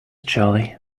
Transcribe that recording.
charley